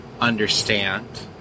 understand